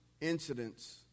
incidents